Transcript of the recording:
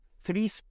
three